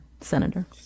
Senator